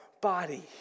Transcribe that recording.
body